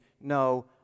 no